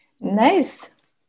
nice